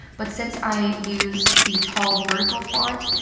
but since i used the tall, vertical font,